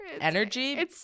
energy